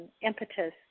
impetus